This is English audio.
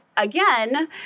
Again